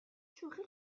شوخی